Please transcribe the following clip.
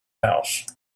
house